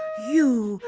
you.